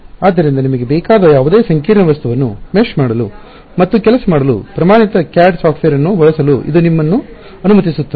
ಆದ್ದರಿಂದ ನಿಮಗೆ ಬೇಕಾದ ಯಾವುದೇ ಸಂಕೀರ್ಣ ವಸ್ತುವನ್ನು ಮೆಶ್ ಮಾಡಲು ಮತ್ತು ಕೆಲಸ ಮಾಡಲು ಪ್ರಮಾಣಿತ CAD ಸಾಫ್ಟ್ವೇರ್ ಅನ್ನು ಬಳಸಲು ಇದು ನಿಮ್ಮನ್ನು ಅನುಮತಿಸುತ್ತದೆ